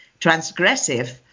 transgressive